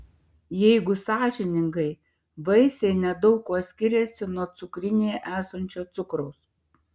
jeigu sąžiningai vaisiai nedaug kuo skiriasi nuo cukrinėje esančio cukraus